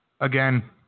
Again